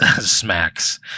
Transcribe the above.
Smacks